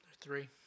Three